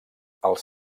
els